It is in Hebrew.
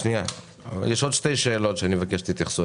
יש עוד שתי שאלות שאני מבקש שתתייחסו